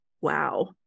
Wow